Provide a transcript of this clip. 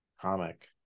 comic